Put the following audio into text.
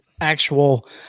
actual